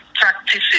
practices